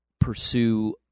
pursue